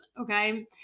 okay